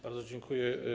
Bardzo dziękuję.